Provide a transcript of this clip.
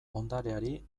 ondareari